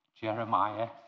Jeremiah